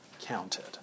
counted